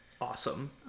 awesome